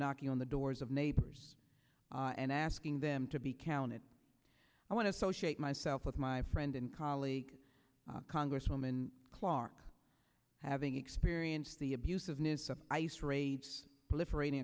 knocking on the doors of neighbors and asking them to be counted i want to associate myself with my friend and colleague congresswoman clarke having experienced the abusiveness of ice raids deliberating